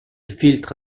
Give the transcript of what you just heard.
filtre